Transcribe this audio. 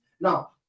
Now